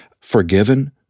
forgiven